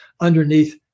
underneath